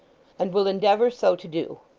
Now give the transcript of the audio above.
and will endeavour so to do.